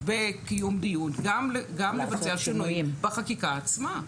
בקיום דיון גם לבצע שינויים בחקיקה עצמה.